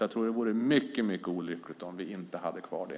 Jag tror därför att det vore mycket olyckligt om vi inte hade kvar det.